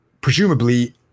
presumably